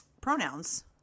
pronouns